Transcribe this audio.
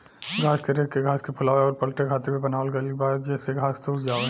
घास के रेक के घास के फुलावे अउर पलटे खातिर भी बनावल गईल बा जेसे घास सुख जाओ